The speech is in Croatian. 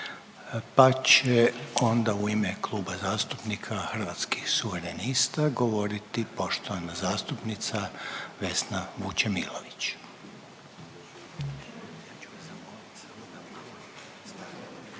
pa će onda u ime Kluba zastupnika Hrvatskih suverenista govoriti poštovana zastupnica Vesna Vučemilović.